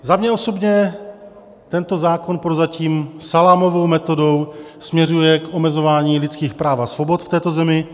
Za mě osobně tento zákon prozatím salámovou metodou směřuje k omezování lidských práv a svobod v této zemi.